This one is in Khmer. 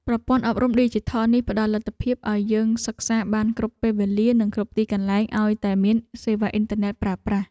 ប្រព័ន្ធអប់រំឌីជីថលនេះផ្តល់លទ្ធភាពឱ្យយើងសិក្សាបានគ្រប់ពេលវេលា និងគ្រប់ទីកន្លែងឱ្យតែមានសេវាអ៊ីនធឺណិតប្រើប្រាស់។